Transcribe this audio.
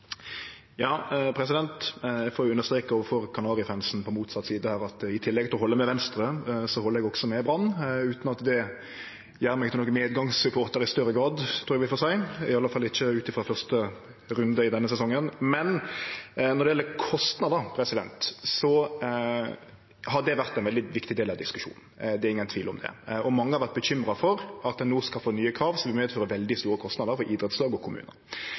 Eg får understreke overfor Kanari-Fansen på motsett side her at i tillegg til å halde med Venstre held eg også med Brann – utan at det gjer meg til nokon medgangssupporter i større grad, trur eg vi får seie, i alle fall ikkje ut frå første runde i denne sesongen. Men når det gjeld kostnader, har det vore ein veldig viktig del av diskusjonen. Det er ingen tvil om det. Og mange har vore bekymra for at ein no skal få nye krav som medfører veldig store kostnader for idrettslag og kommunar.